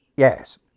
Yes